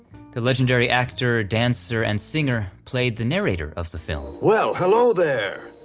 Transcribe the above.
the legendary actor, dancer, and singer played the narrator of the film. well hello there.